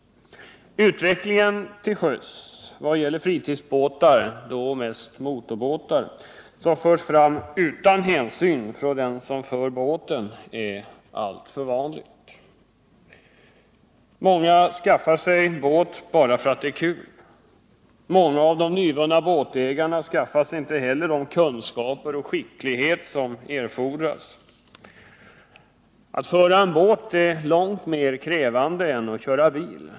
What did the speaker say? Utvecklingen till sjöss i vad gäller fritidsbåtar — mest motorbåtar — har lett till att det är alltför vanligt att båtar förs fram utan hänsyn från den som för båten. Många skaffar sig båt bara för att det är kul. Många av de nya båtägarna skaffar sig inte heller de kunskaper och den skicklighet som erfordras. Att föra en båt är långt mer krävande än att köra bil.